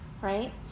right